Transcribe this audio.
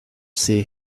see